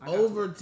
over